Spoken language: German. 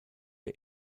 der